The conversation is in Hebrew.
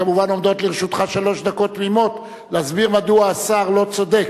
כמובן עומדות לרשותך שלוש דקות תמימות להסביר מדוע השר לא צודק.